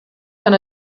kann